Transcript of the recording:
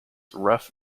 ruff